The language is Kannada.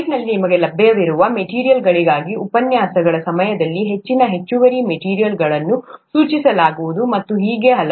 ಸೈಟ್ನಲ್ಲಿ ನಿಮಗೆ ಲಭ್ಯವಿರುವ ಮೆಟೀರಿಯಲ್ಗಳಾಗಿ ಉಪನ್ಯಾಸಗಳ ಸಮಯದಲ್ಲಿ ಹೆಚ್ಚಿನ ಹೆಚ್ಚುವರಿ ಮೆಟೀರಿಯಲ್ಗಳನ್ನು ಸೂಚಿಸಲಾಗುವುದು ಮತ್ತು ಹೀಗೆ ಹಲವು